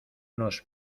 nos